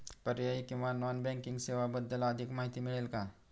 पर्यायी किंवा non banking सेवांबद्दल अधिक माहिती मिळेल का?